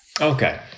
Okay